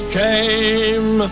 came